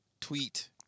tweet